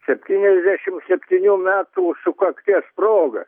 septyniasdešimt septynių metų sukakties proga